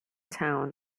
town